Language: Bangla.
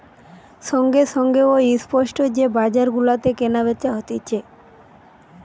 সঙ্গে সঙ্গে ও স্পট যে বাজার গুলাতে কেনা বেচা হতিছে